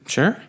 Sure